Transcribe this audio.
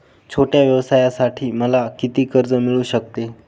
छोट्या व्यवसायासाठी मला किती कर्ज मिळू शकते?